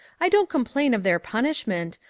i don't complain of their punishment.